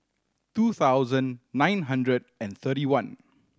two thousand nine hundred and thirty one